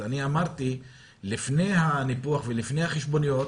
אמרתי שלפני הניפוח ולפני החשבוניות,